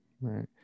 Right